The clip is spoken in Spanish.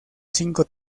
cinco